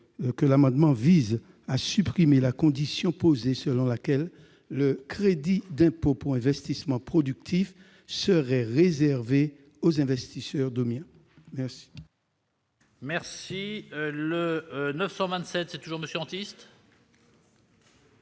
Cet amendement vise à supprimer la condition selon laquelle le crédit d'impôt pour investissement productif est réservé aux investisseurs des